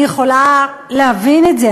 אני יכולה להבין את זה.